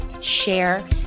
share